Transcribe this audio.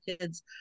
kids